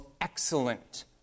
excellent